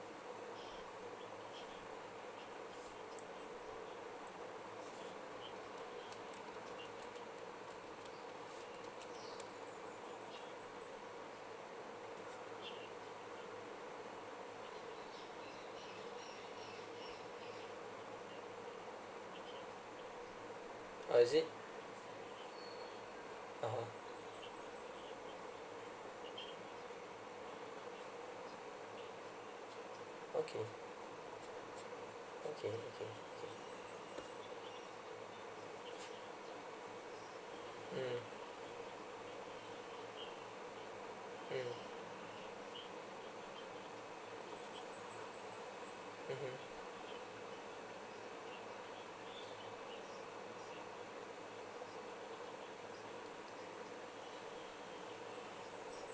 oh is it (uh huh) okay okay okay okay mm mm mmhmm